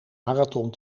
marathon